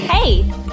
Hey